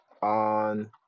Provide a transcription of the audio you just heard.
on